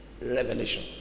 revelation